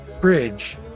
bridge